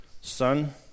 Son